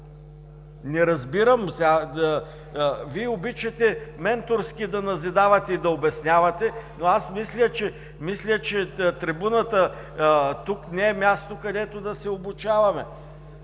Не разбирам! Вие обичате менторски да назидавате и обяснявате, но мисля, че трибуната… Тук не е място, където да се обучаваме!